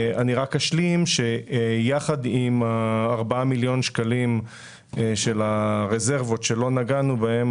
אני רק אשלים ואומר שיחד עם 4 מיליון השקלים של הרזרבות שלא נגענו בהם,